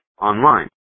online